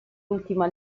ultima